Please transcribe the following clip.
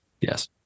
Yes